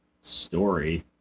story